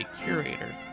curator